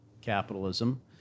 capitalism